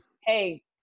hey